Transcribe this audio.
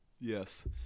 Yes